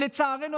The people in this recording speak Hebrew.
ולצערנו,